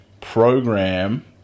program